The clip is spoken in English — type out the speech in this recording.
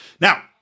Now